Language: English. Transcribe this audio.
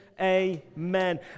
Amen